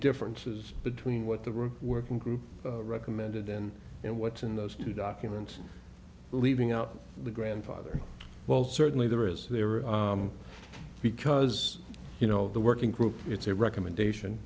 differences between what the room working group recommended and and what's in those two documents leaving out the grandfather well certainly there is there because you know the working group it's a recommendation